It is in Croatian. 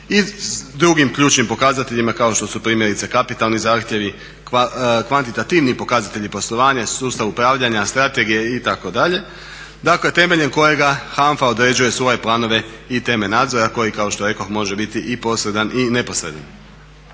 i drugim ključnim pokazateljima kao što su primjerice kapitalni zahtjevi, kvantitativni pokazatelji poslovanja, sustav upravljanja, strategije itd. Dakle, temeljem kojega HANFA određuje svoje planove i teme nadzora koji kao što rekoh može biti i posredan i neposredan.